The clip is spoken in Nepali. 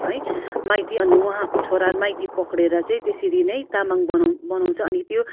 है माइती अनि उहाँको छोराहरू माइती पक्रेर चाहिँ त्यसरी नै तामाङ बनाउ बनाउँछ अनि त्यो